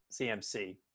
CMC